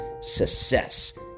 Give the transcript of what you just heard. Success